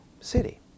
city